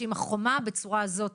שאם יצליחו לפרוץ את החומה הבצורה הזאת,